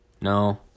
No